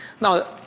Now